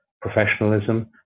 professionalism